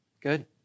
Good